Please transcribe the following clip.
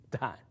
done